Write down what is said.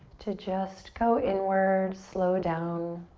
to just go inward, slow down,